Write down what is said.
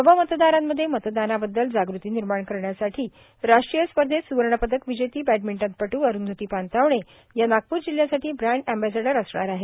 नव मतदारांमध्ये मतदानाबददल जागृती निर्माण करण्यासाठी राष्ट्रीय स्पर्धेत स्वर्णपदक विजेती बॅडमिंटनपट् अरूंधती पानतावणे या नागप्र जिल्हयासाठी ब्रॅड एम्बेसेडर असणार आहेत